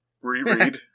reread